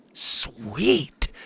Sweet